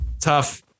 tough